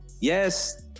yes